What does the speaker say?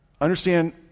understand